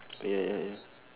ah ya ya ya